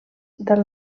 del